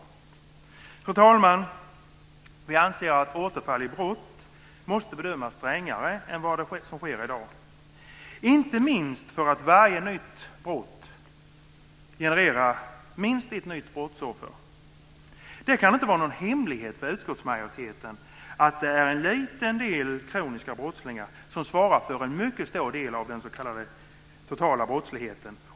Det är jag helt övertygad om. Fru talman! Vi anser att återfall i brott måste bedömas strängare än vad som sker i dag. Inte minst för att varje nytt brott genererar minst ett nytt brottsoffer. Det kan inte vara någon hemlighet för utskottsmajoriteten att det är en liten del kroniska brottslingar som svarar för en mycket stor del av den s.k. totala brottsligheten.